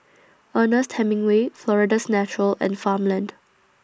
Ernest Hemingway Florida's Natural and Farmland